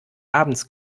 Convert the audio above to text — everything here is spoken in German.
abends